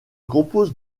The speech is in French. compose